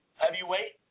heavyweight